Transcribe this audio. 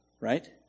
right